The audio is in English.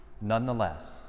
nonetheless